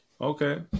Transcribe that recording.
Okay